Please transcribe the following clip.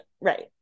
right